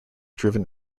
driven